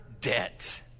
debt